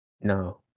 No